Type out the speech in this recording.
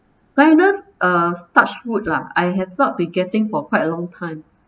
sinus uh touch wood lah I have not been getting for quite a long time